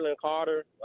Carter